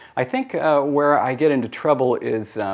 i think where i get into trouble is